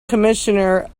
commissioner